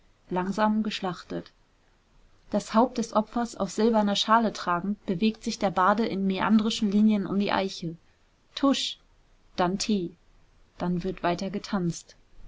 langsam geschlachtet das haupt des opfers auf silberner schale tragend bewegt sich der barde in mäandrischen linien um die eiche tusch dann tee dann wird weiter getanzt